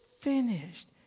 finished